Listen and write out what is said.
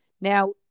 Now